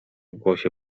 głosie